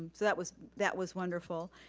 so that was that was wonderful.